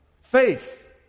faith